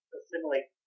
assimilate